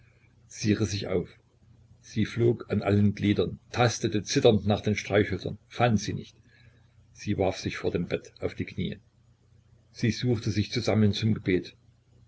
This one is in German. sie riß sich auf sie flog an allen gliedern tastete zitternd nach den streichhölzern fand sie nicht sie warf sich vor dem bett auf die knie sie suchte sich zu sammeln zum gebet